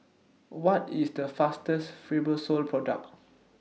What IS The faster Fibrosol Product